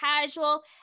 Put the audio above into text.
casual